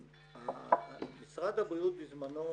משרד הבריאות בזמנו